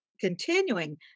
continuing